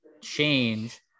change